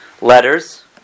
letters